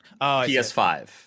PS5